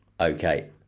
Okay